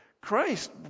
christ